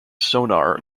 sonar